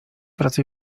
wraca